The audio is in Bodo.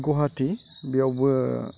गुवाहाटि बेयावबो